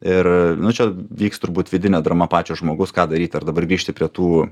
ir nu čia vyks turbūt vidinė drama pačio žmogaus ką daryt ar dabar grįžti prie tų